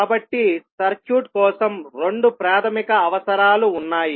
కాబట్టి సర్క్యూట్ కోసం రెండు ప్రాథమిక అవసరాలు ఉన్నాయి